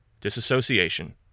disassociation